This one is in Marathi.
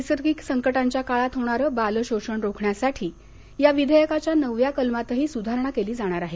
नैसर्गिक संकटांच्या काळात होणारं बाल शोषण रोखण्यासाठी या विधेयकाच्या नवव्या कलमातही सुधारणा केली जाणार आहे